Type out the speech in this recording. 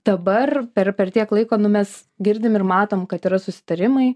dabar per per tiek laiko nu mes girdim ir matom kad yra susitarimai